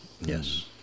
Yes